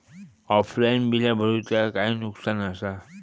Offline बिला भरूचा काय नुकसान आसा?